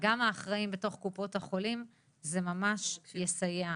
גם האחראיים בתוך קופות החולים, זה ממש יסייע.